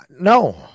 no